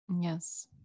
yes